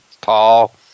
tall